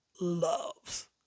loves